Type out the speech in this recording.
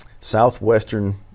southwestern